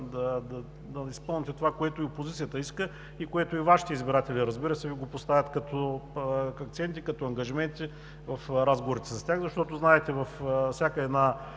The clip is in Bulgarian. да изпълните това, което и опозицията иска, което и Вашите избиратели, разбира се, Ви го поставят като акценти, като ангажименти в разговорите за тях. Защото, знаете, във всяка една